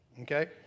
okay